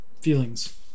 feelings